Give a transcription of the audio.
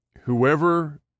whoever